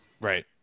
right